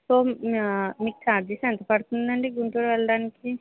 so మీకు charges ఎంత పడుతుందండి గుంటూరు వెళ్ళడానికి